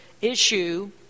issue